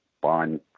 Bond